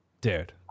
dude